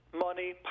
money